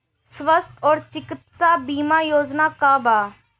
स्वस्थ और चिकित्सा बीमा योजना का बा?